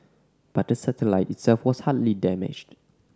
but the satellite itself was hardly damaged